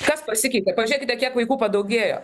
kas pasikeitė pažiūrėkite kiek vaikų padaugėjo